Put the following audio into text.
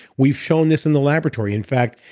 we've shown this in the laboratory. in fact,